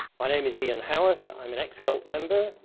my name is ian haworth. i'm an ex-cult member.